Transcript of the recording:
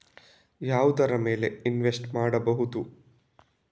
ಯಾವುದರ ಮೇಲೆ ಇನ್ವೆಸ್ಟ್ ಮಾಡಬಹುದು?